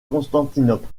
constantinople